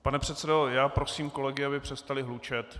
Pane předsedo, já prosím kolegy, aby přestali hlučet.